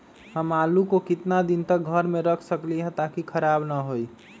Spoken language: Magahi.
हम आलु को कितना दिन तक घर मे रख सकली ह ताकि खराब न होई?